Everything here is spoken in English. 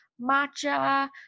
matcha